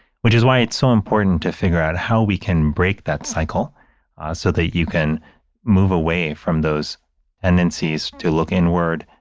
which is why it's so important to figure out how we can break that cycle so that you can move away from those and then seize to look inward,